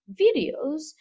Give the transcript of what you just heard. videos